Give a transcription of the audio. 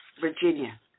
Virginia